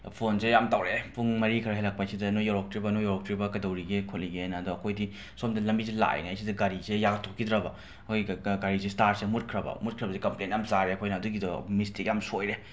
ꯐꯣꯟꯁꯦ ꯌꯥꯝ ꯇꯧꯔꯛꯑꯦ ꯄꯨꯡ ꯃꯔꯤ ꯈꯔ ꯍꯦꯜꯂꯛꯄꯁꯤꯗ ꯅꯣꯏ ꯌꯧꯔꯛꯇ꯭ꯔꯤꯕ ꯅꯣꯏ ꯌꯧꯔꯛꯇ꯭ꯔꯤꯕ ꯀꯩꯗꯧꯔꯤꯒꯦ ꯈꯣꯠꯂꯤꯒꯦꯅ ꯑꯗꯣ ꯑꯩꯈꯣꯏꯗꯤ ꯁꯣꯝꯗ ꯂꯝꯕꯤꯁꯦ ꯂꯥꯛꯏꯉꯩꯁꯤꯗ ꯒꯥꯔꯤꯁꯦ ꯌꯥꯊꯣꯛꯈꯤꯗ꯭ꯔꯕ ꯑꯩꯈꯣꯏ ꯒ ꯒ ꯒꯥꯔꯤꯖꯦ ꯁ꯭ꯇꯥꯔꯁꯦ ꯃꯨꯠꯈ꯭ꯔꯕ ꯃꯨꯠꯈ꯭ꯔꯕꯁꯦ ꯀꯝꯄ꯭ꯂꯦꯟ ꯌꯥꯝꯅ ꯆꯥꯔꯦ ꯑꯩꯈꯣꯏꯅ ꯑꯗꯨꯒꯤꯗꯣ ꯃꯤꯁꯇꯦꯛ ꯌꯥꯝꯅ ꯁꯣꯏꯔꯦ